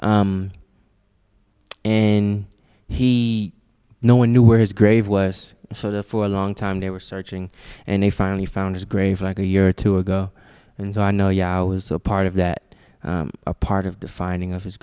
s and he no one knew where his grave was so there for a long time they were searching and they finally found his grave like a year or two ago and so i know yeah i was so part of that part of the finding of his